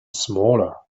smaller